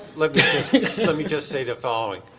let let me just say the following.